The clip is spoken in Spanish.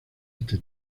este